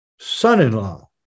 son-in-law